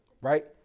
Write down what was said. Right